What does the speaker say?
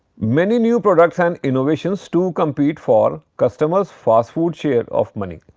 many new products and innovations to compete for customers fast food share of money.